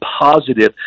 positive